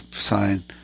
sign